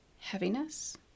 heaviness